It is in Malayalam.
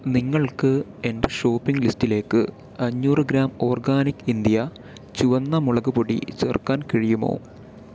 നിങ്ങൾക്ക് എന്റെ ഷോപ്പിംഗ് ലിസ്റ്റിലേക്ക് അഞ്ഞൂറ് ഗ്രാം ഓർഗാനിക് ഇന്ത്യ ചുവന്ന മുളക് പൊടി ചേർക്കാൻ കഴിയുമോ